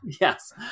Yes